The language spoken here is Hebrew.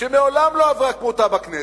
שמעולם לא עברה כמותה בכנסת.